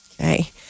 Okay